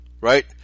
right